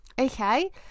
okay